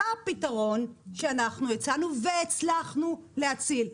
מה הפתרון שאנחנו הצענו והצלחנו להציל?